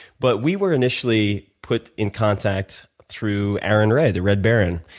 but we were initially put in contact through aaron redd, the red baron.